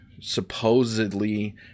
supposedly